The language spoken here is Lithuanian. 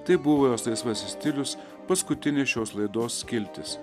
tai buvo jos laisvasis stilius paskutinė šios laidos skiltis